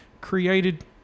created